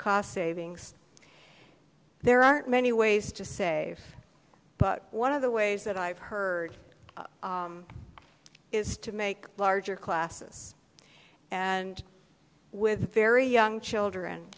cost savings there aren't many ways to say but one of the ways that i've heard is to make larger classes and with very young children